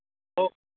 हो